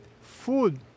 food